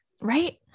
Right